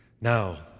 Now